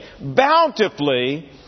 bountifully